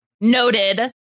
noted